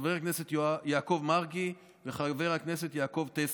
חבר הכנסת יעקב מרגי וחבר הכנסת יעקב טסלר.